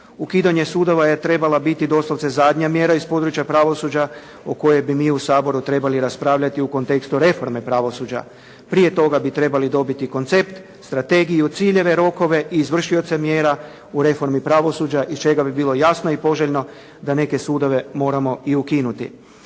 Ukidanje sudova je trebala biti doslovce zadnja mjera iz područja pravosuđa o kojoj bi mi u Saboru trebali raspravljati u kontekstu reforme pravosuđa. Prije toga bi trebali dobiti koncept, strategiju, ciljeve, rokove i izvršioce mjera u reformi pravosuđa iz čega bi bilo jasno i poželjno da neke sudove moramo i ukinuti.